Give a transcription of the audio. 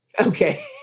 Okay